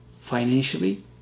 financially